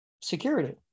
security